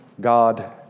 God